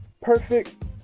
Perfect